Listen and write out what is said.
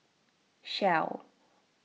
shell